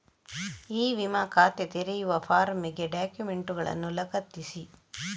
E ವಿಮಾ ಖಾತೆ ತೆರೆಯುವ ಫಾರ್ಮಿಗೆ ಡಾಕ್ಯುಮೆಂಟುಗಳನ್ನು ಲಗತ್ತಿಸಿ